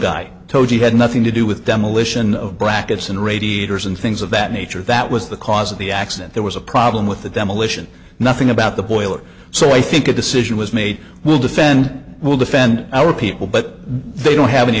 guy told he had nothing to do with demolition of brackets and radiators and things of that nature that was the cause of the accident there was a problem with the demolition nothing about the boiler so i think a decision was made will defend will defend our people but they don't have any